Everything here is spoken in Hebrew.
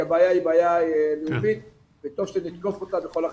הבעיה היא בעיה וטוב שנתקוף אותה בכל החזיתות.